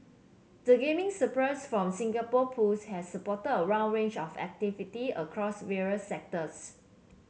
the gaming surplus from Singapore Pools has supported a wrong range of activity across various sectors